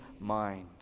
mind